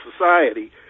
society